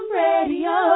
radio